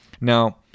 Now